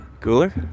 Cooler